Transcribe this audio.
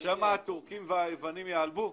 שהטורקים והיוונים ייעלבו?